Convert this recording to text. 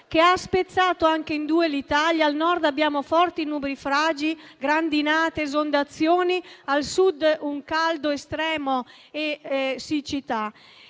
che ha spezzato anche in due l'Italia: al Nord forti nubifragi, grandinate, esondazioni, mentre al Sud un caldo estremo e siccità.